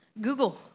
Google